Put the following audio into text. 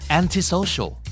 antisocial